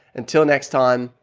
until next time.